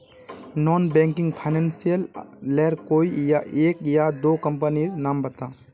Non banking financial लेर कोई एक या दो कंपनी नीर नाम बता?